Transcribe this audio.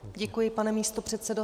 Děkuji, pane místopředsedo.